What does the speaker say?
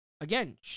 again